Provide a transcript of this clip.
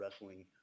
wrestling